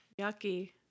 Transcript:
Yucky